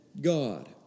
God